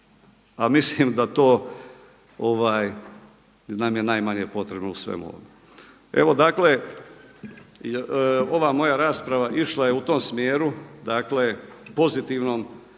Pa mislim da to, nam je najmanje potrebno u svemu ovome. Evo dakle, ova moja rasprava išla je u tom smjeru, dakle pozitivnom da